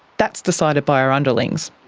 that's decided by her underlings.